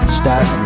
start